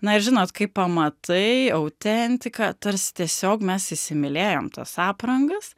na ir žinot kai pamatai autentika tarsi tiesiog mes įsimylėjom tas aprangas